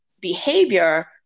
behavior